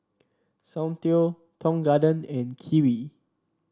Soundteoh Tong Garden and Kiwi